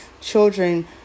children